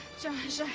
josh, i